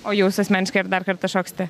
o jūs asmeniškai ar dar kartą šoksite